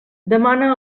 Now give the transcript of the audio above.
demana